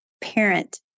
parent